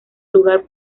lugar